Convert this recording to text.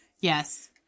Yes